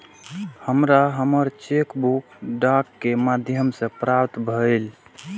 हमरा हमर cheque book डाक के माध्यम से प्राप्त भईल